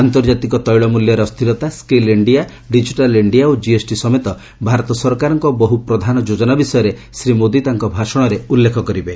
ଆର୍ନ୍ତଜାତିକ ତେିଳ ମୂଲ୍ୟରେ ଅସ୍ଥିରତା ସ୍କିଲ ଇଣ୍ଡିଆ ଡିକିଟାଲ ଇଣ୍ଡିଆ ଓ ଜିଏସ୍ଟି ସମେତ ଭାରତ ସରକାରଙ୍କ ବହୁ ପ୍ରଧାନ ଯୋଜନା ବିଷୟରେ ଶ୍ରୀ ମୋଦୀ ତାଙ୍କ ଭାଷଣରେ ଉଲ୍ଲେଖ କରିବେ